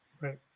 Right